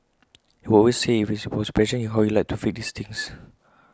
he always say IT was his passion how he liked to fix these things